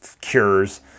cures